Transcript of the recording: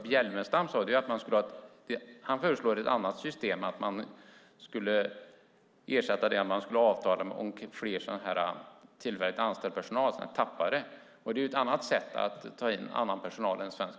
Bjelfvenstam föreslår ett annat system, nämligen att man skulle avtala med fler tillfälligt anställd personal, alltså TAP:are. Det är ett annat sätt att ta in annan personal än svensk.